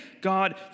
God